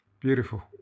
Beautiful